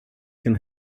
can